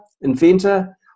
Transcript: inventor